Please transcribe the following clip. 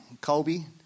Colby